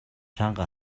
чанга